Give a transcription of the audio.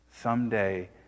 Someday